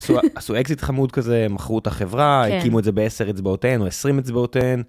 עשו אקזיט חמוד כזה מכרו את החברה הקימו את זה בעשר אצבעותיהן או עשרים אצבעותיהן.